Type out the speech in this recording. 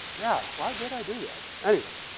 yeah, why did i do that? anyway.